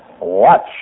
watch